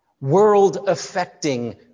World-affecting